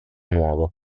nuovo